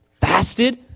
fasted